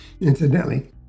incidentally